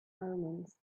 omens